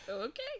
okay